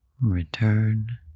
Return